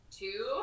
two